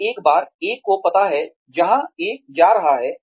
तो एक बार एक को पता है जहां एक जा रहा है